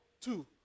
two